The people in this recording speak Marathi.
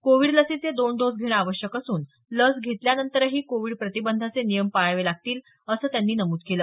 कोविड लसीचे दोन डोस घेणे आवश्यक असून लस घेतल्यानंतरही कोविड प्रतिबंधाचे नियम पाळावे लागतील असं त्यांनी नमूद केलं